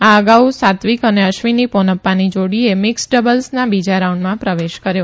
આ અગાઉ સાત્વિક અને અશ્વિની પોનપ્પાની જોડીએ મિકસ્ડ ડબલ્સના બીજા રાઉન્ડમાં પ્રવેશ કર્યો